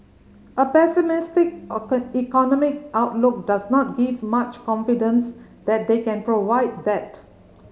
a pessimistic economic outlook does not give much confidence that they can provide that